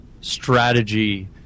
strategy